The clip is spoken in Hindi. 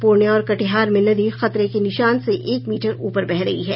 पूर्णिया और कटिहार में नदी खतरे के निशान से एक मीटर ऊपर बह रही है